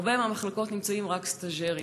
ובהרבה מאוד מהמחלקות נמצאים רק סטאז'רים.